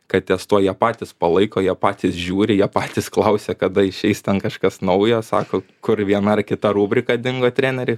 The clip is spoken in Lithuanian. kad ties tuo jie patys palaiko jie patys žiūri jie patys klausia kada išeis ten kažkas naujo sako kur viena ar kita rubrika dingo treneri